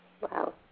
Wow